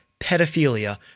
pedophilia